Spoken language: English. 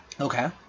Okay